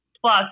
plus